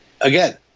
again